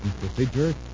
Procedure